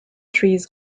trees